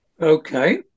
Okay